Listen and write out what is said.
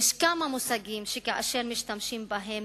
יש כמה מושגים שכאשר משתמשים בהם,